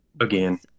again